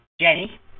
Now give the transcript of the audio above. Jenny